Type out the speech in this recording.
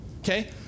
Okay